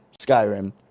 Skyrim